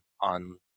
on